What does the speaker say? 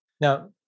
Now